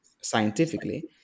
scientifically